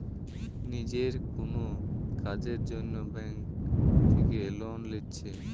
নিজের কুনো কাজের জন্যে ব্যাংক থিকে লোন লিচ্ছে